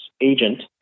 agent